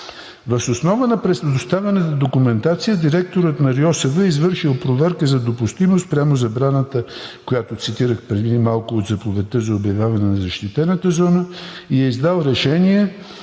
Въз основа на предоставената документация директорът на РИОСВ е извършил проверка за допустимост спрямо забраната, която цитирах преди малко от заповедта за обявяване на защитената зона, и е издал решение.